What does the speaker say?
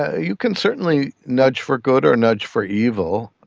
ah you can certainly nudge for good or nudge for evil.